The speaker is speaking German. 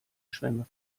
schwemme